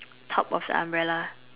top of the umbrella